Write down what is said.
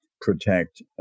protect